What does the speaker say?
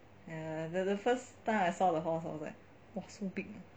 ya the the first time I saw the horse I was like !wah! so big ah